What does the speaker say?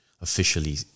officially